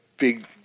big